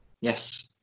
Yes